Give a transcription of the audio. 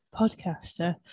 podcaster